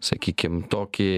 sakykim tokį